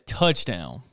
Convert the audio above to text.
touchdown